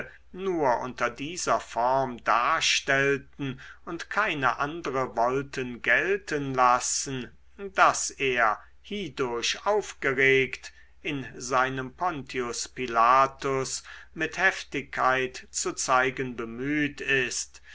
nur unter dieser form darstellten und keine andere wollten gelten lassen daß er hiedurch aufgeregt in seinem pontius pilatus mit heftigkeit zu zeigen bemüht ist